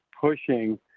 pushing